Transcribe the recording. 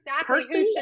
person